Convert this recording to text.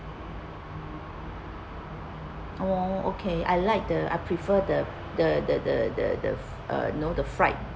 orh okay I like the I prefer the the the the the the uh know the fried